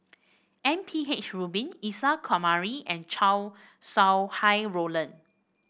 M P H Rubin Isa Kamari and Chow Sau Hai Roland